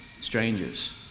strangers